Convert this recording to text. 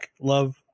love